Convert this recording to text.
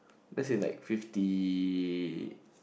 that's in like fifty